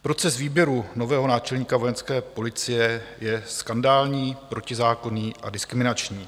Proces výběru nového náčelníka Vojenské policie je skandální, protizákonný a diskriminační.